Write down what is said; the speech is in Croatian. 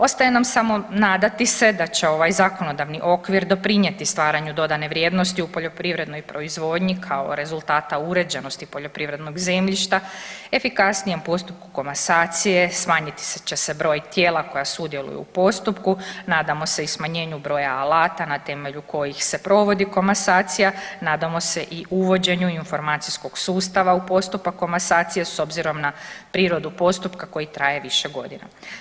Ostaje nam samo nadati se da će ovaj zakonodavni okvir doprinjeti stvaranju dodane vrijednosti u poljoprivrednoj proizvodnji kao rezultata uređenosti poljoprivrednog zemljišta, efikasnijem postupku komasacije, smanjiti će se broj tijela koja sudjeluju u postupku, nadamo se i smanjenju broja alata na temelju kojih se provodi komasacija, nadamo se i uvođenju informacijskog sustava u postupak komasacije s obzirom na prirodu postupka koji traje više godina.